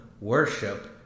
worship